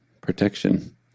protection